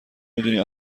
میدونی